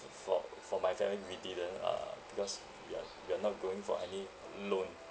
for for my family we didn't uh because we're we're not going for any loan